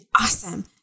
awesome